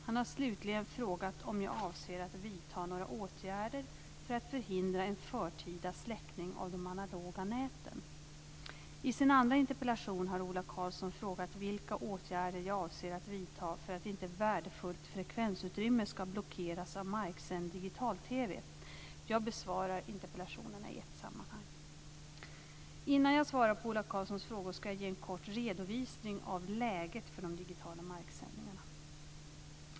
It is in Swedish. Han har slutligen frågat om jag avser att vidta några åtgärder för att förhindra en förtida släckning av de analoga näten. I sin andra interpellation har Ola Karlsson frågat vilka åtgärder jag avser att vidta för att inte värdefullt frekvensutrymme ska blockeras av marksänd digital-TV. Jag besvarar interpellationerna i ett sammanhang. Innan jag svarar på Ola Karlssons frågor ska jag ge en kort redovisning av läget för de digitala marksändningarna.